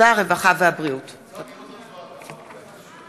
20, נגד, 11, אין נמנעים.